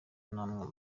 namwe